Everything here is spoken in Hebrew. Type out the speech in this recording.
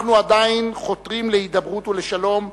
אנחנו עדיין חותרים להידברות ולשלום,